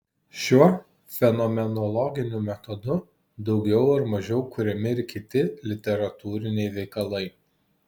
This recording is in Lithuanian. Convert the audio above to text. šiuo fenomenologiniu metodu daugiau ar mažiau kuriami ir kiti literatūriniai veikalai